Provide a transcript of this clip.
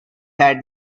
had